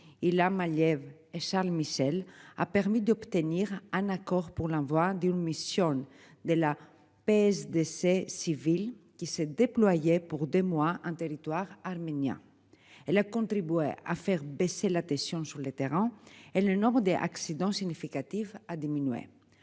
Ilham Aliev, Charles Michel a permis d'obtenir un accord pour l'envoi d'une mission de la baisse décès civils qui se déployait pour des mois un territoire arménien. Elle a contribué à faire baisser la tension. Sur le terrain et le nombre des accidents significatifs a diminué